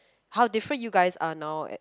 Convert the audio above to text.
how different you guys are now at